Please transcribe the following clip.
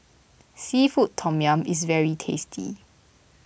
Seafood Tom Yum is very tasty